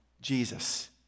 Jesus